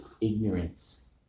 ignorance